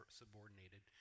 subordinated